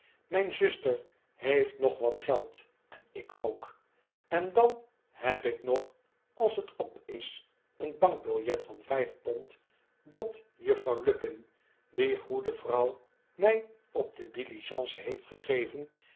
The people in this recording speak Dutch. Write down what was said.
mijn zuster heeft nog wat geld en ik ook en dan heb ik nog als dat op is een bankbiljet van vijf pond dat juffrouw lupin die goede vrouw mij op de diligence heeft gegeven